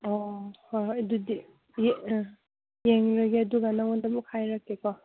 ꯑꯣ ꯍꯣꯏ ꯍꯣꯏ ꯑꯗꯨꯗꯤ ꯌꯦꯡꯂꯒꯦ ꯑꯗꯨꯒ ꯅꯉꯣꯟꯗ ꯑꯃꯨꯛ ꯍꯥꯏꯔꯛꯀꯦꯀꯣ